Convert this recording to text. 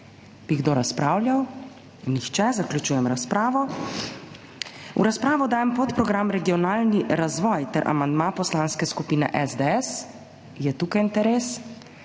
Bi kdo razpravljal? Nihče. Zaključujem razpravo. V razpravo dajem podprogram Regionalni razvoj ter amandma Poslanske skupine SDS. Je tukaj interes?